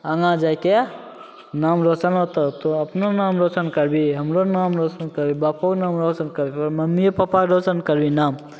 आगाँ जाके नाम रोशन होतौ तोँ अपनो नाम रोशन करबही हमरो नाम रोशन करबही बापोके नाम रोशन करबही मम्मिओ पप्पाके रोशन करबही नाम